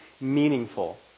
meaningful